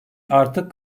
artık